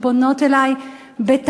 הן פונות אלי בתחנונים,